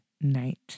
night